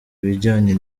ibijyanye